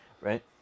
Right